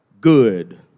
good